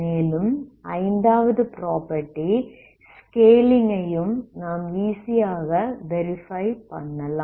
மேலும் ஐந்தாவது property scaling ஐயும் நாம் ஈசி ஆக வெரிஃபை பண்ணலாம்